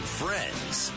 friends